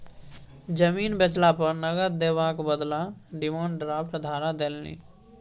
जमीन बेचला पर नगद देबाक बदला डिमांड ड्राफ्ट धरा देलनि